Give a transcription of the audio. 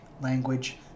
language